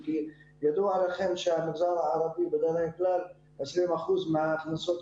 אז נשאלת השאלה האם צריך להמשיך עם השותף